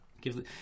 Give